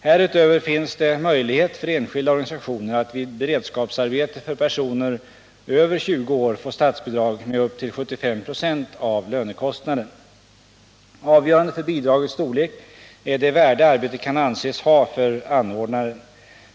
Härutöver finns det möjlighet för enskilda organisationer att vid beredskapsarbete för personer över 20 år få statsbidrag med upp till 75 96 av lönekostnaden. Avgörande för bidragets storlek är det värde arbetet kan anses ha för anordnaren.